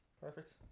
perfect